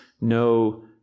no